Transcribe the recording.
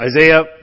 Isaiah